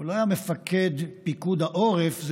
הוא לא היה מפקד פיקוד העורף,